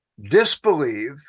disbelieve